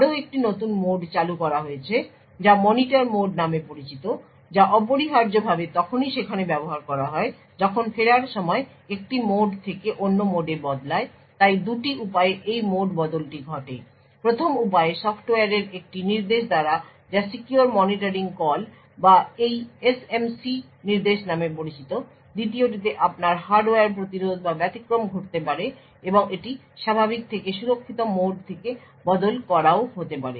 আরও একটি নতুন মোড চালু করা হয়েছে যা মনিটর মোড নামে পরিচিত যা অপরিহার্যভাবে তখনই সেখানে ব্যবহার করা হয় যখন ফেরার সময় একটি মোড থেকে অন্য মোডে বদলায় তাই দুটি উপায়ে এই মোড বদলটি ঘটে প্রথম উপায়ে সফ্টওয়্যারের একটি নির্দেশ দ্বারা যা সিকিউর মনিটরিং কল বা এই SMC নির্দেশ নামে পরিচিত দ্বিতীয়টিতে আপনার হার্ডওয়্যার প্রতিরোধ বা ব্যতিক্রম ঘটতে পারে এবং এটি স্বাভাবিক থেকে সুরক্ষিত মোড থেকে বদল করাও হতে পারে